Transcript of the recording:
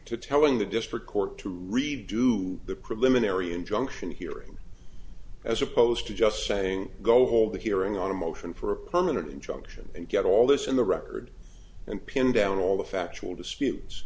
to telling the district court to redo the preliminary injunction hearing as opposed to just saying go all the hearing on a motion for a permanent injunction and get all this in the record and pin down all the factual disputes